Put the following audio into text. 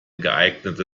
geeignete